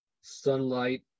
sunlight